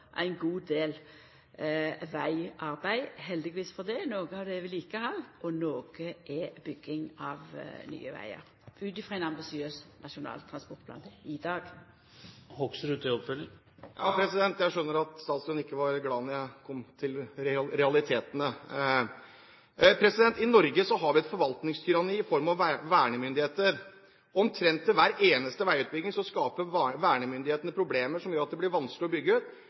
god del vegarbeid – heldigvis. Noko av det er vedlikehald, og noko er bygging av nye vegar, ut frå ein ambisiøs nasjonal transportplan i dag. Jeg skjønner at statsråden ikke var glad da jeg kom til realitetene. I Norge har vi et forvaltningstyranni i form av vernemyndigheter. Omtrent i forbindelse med hver eneste veiutbygging skaper vernemyndighetene problemer som gjør at det blir vanskelig å bygge ut,